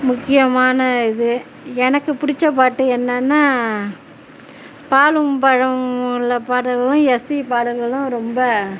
முக்கியமான இது எனக்கு பிடிச்ச பாட்டு என்னென்னா பாலும் பழமும் உள்ள பாடல்களும் எஸ்பி பாடல்களும் ரொம்ப